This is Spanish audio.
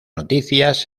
noticias